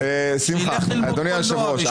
שילך ללמוד קולנוע וישחרר אותנו.